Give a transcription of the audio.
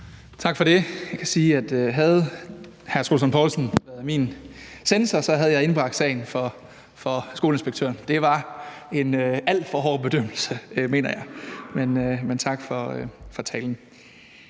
Tak for det. Jeg kan sige, at havde hr. Troels Lund Poulsen været min censor, havde jeg indbragt sagen for skoleinspektøren. Jeg mener, det var en alt for hård bedømmelse, men tak for talen.